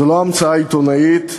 זו לא המצאה עיתונאית.